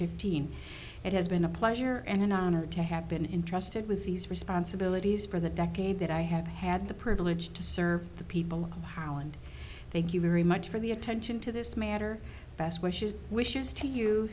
fifteen it has been a pleasure and an honor to have been intrusted with these responsibilities for the decade that i have had the privilege to serve the people highland thank you very much for the attention to this matter best wishes